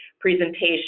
presentation